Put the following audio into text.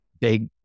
big